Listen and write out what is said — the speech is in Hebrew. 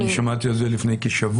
שמעתי על זה כבר לפני כשבוע.